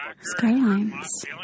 Skylines